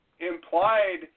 implied